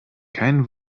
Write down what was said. kein